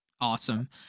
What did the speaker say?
Awesome